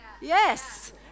Yes